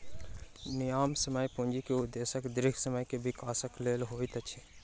न्यायसम्य पूंजी के उदेश्य दीर्घ समय के विकासक लेल होइत अछि